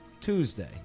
Tuesday